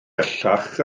bellach